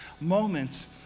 moments